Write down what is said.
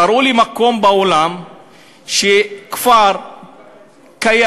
תראו לי מקום בעולם שכפר קיים,